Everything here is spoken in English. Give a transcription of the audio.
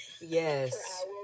yes